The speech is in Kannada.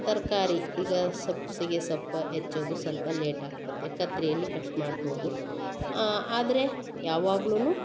ತರಕಾರಿ ಈಗ ಸಬ್ಸಿಗೆ ಸೊಪ್ಪು ಹೆಚ್ಚೋದು ಸ್ವಲ್ಪ ಲೇಟ್ ಆಗ್ತೈತೆ ಕತ್ತರಿಲಿ ಕಟ್ ಮಾಡ್ಬೋದು ಆದರೆ ಯಾವಾಗಲೂ